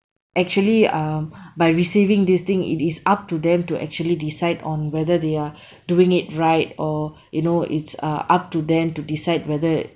actually um by receiving this thing it is up to them to actually decide on whether they are doing it right or you know it's uh up to them to decide whether